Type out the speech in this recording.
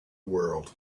world